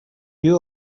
you